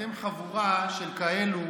אתם חבורה של כאלה